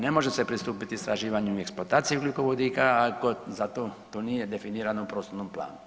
Ne može se pristupiti istraživanju i eksploataciji ugljikovodika ako za to to nije definirano u prostornom planu.